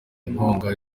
nkunga